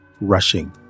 rushing